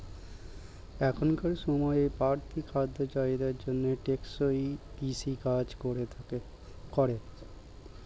এখনকার সময়ের বাড়তি খাদ্য চাহিদার জন্য টেকসই কৃষি কাজ করে